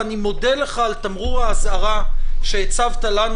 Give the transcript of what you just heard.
ואני מודה לך על תמרור האזהרה שהצבת לנו,